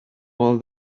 all